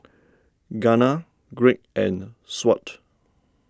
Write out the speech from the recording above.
Gunnar Greg and Shawnte